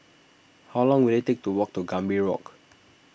how long will it take to walk to Gambir Walk